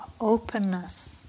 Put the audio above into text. openness